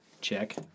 Check